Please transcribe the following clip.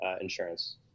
insurance